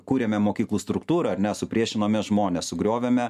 kūrėme mokyklų struktūrą ar ne supriešinome žmones sugriovėme